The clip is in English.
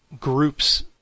groups